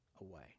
away